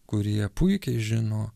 kurie puikiai žino